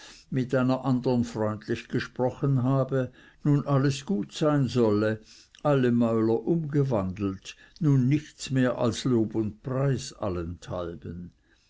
mit einer andern freundlich gesprochen habe nun alles gut sein solle alle mäuler umgewandelt nun nichts mehr als lob und preis